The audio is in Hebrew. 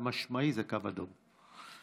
חד-משמעית זה קו אדום.